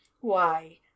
Why